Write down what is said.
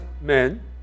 men